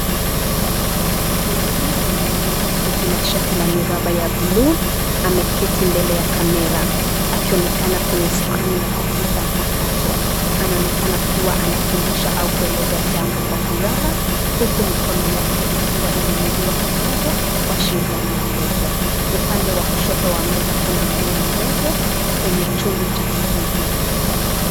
Mwanaume mwenye ndevu fupi na shati la miraba ya buluu ameketi mbele ya kamera; akionekana kwenye skrini ya kompyuta mpakato. Anaonekana kuwa anafundisha au kueleza jambo kwa furaha huku mikono yake ikiwa imeinuliwa kidogo, kuashiria maelezo. Upande wa kushoto wa meza kuna mmea mdogo kwenye chungu cha kijivu.